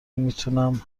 میتونم